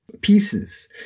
pieces